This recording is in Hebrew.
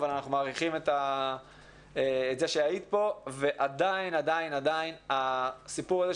אבל אנחנו מערכים את זה שהיית פה ועדיין עדיין עדיין הסיפור הזה,